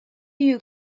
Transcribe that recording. you